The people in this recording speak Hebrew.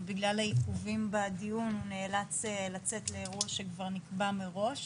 ובגלל העיכובים בדיון הוא נאלץ לצאת לאירוע שכבר נקבע מראש,